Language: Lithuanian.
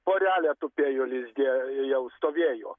porelė tupėjo lizde jau stovėjo